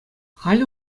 халӗ